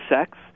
sex